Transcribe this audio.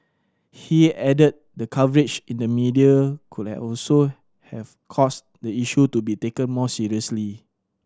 he added the coverage in the media could also have caused the issue to be taken more seriously